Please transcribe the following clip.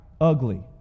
ugly